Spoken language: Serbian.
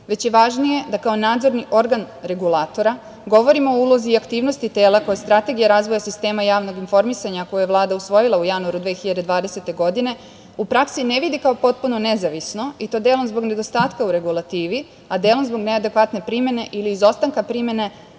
već je važnije da kao nadzorni organ Regulatora govorimo o ulozi i aktivnosti tela koja je strategija razvoja sistema javnog informisanja, a koje je Vlada usvojila u januaru 2020. godine, u praksi ne vidi kao potpuno nezavisno i to delom zbog nedostatka u regulativi, a delom zbog neadekvatne primene ili izostanka primene